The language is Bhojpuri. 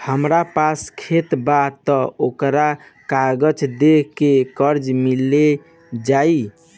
हमरा पास खेत बा त ओकर कागज दे के कर्जा मिल जाई?